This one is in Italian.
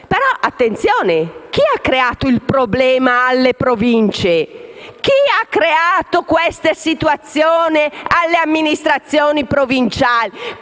Però, attenzione, chi ha creato il problema alle Province? Chi ha creato questa situazione alle amministrazioni provinciali?